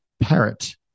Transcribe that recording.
parrot